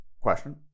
Question